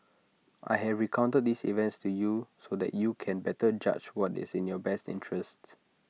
I have recounted these events to you so that you can better judge what is in your best interests